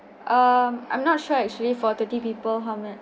um I'm not sure actually for thirty people how many